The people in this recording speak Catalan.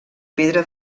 pedra